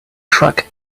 truck